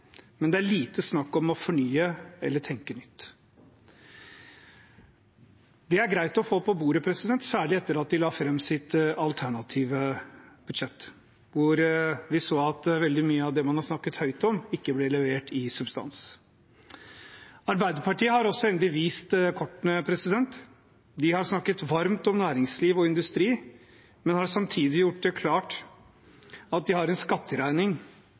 men det er lite snakk om å fornye eller tenke nytt. Det er greit å få det på bordet, særlig etter at de la fram sitt alternative budsjett, der vi så at veldig mye av det de har snakket høyt om, ikke ble levert i substans. Arbeiderpartiet har også endelig vist kortene. De har snakket varmt om næringsliv og industri, men samtidig gjort det klart at de har en skatteregning